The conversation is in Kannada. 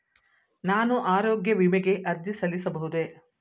ನಾನು ಆರೋಗ್ಯ ವಿಮೆಗೆ ಅರ್ಜಿ ಸಲ್ಲಿಸಬಹುದೇ?